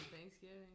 Thanksgiving